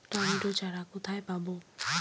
Tomato চারা কোথায় পাবো?